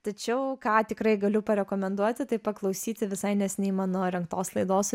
tačiau ką tikrai galiu parekomenduoti tai paklausyti visai neseniai mano rengtos laidos